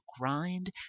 grind